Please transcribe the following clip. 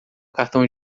cartão